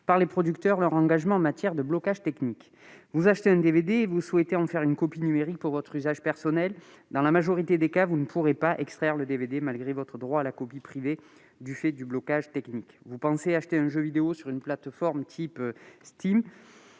par les producteurs leur engagement en matière de blocage technique. Vous achetez un DVD et vous souhaitez en faire une copie numérique pour votre usage personnel ? Dans la majorité des cas, vous ne pourrez pas extraire le DVD malgré votre droit à la copie privée du fait du blocage technique. Vous pensez acheter un jeu vidéo sur une plateforme de type Steam ?